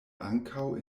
ankaŭ